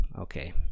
okay